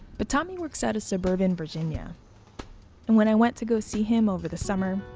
but tommy works out of suburban virginia and when i went to go see him over the summer,